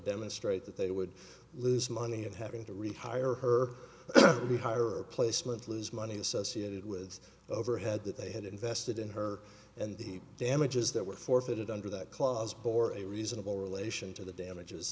demonstrate that they would lose money of having to rehire her to hire replacement lose money says she added with overhead that they had invested in her and the damages that were forfeited under that clause bore a reasonable relation to the damages